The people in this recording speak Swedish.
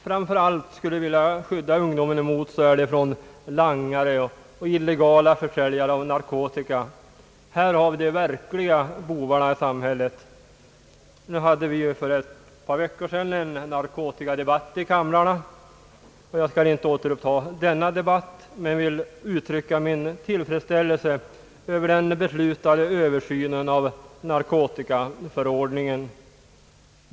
Framför allt skulle man vilja skydda ungdomen mot langare och illegala försäljare av narkotika. Här har vi de verkliga bovarna i samhället. För ett par veckor sedan fördes en narkotikadebatt här i riksdagen, och jag skall inte återuppta den nu, men jag vill uttrycka min tillfredsställelse med beslutet om översyn av narkotikaförordningen.